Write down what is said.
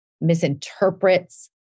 misinterprets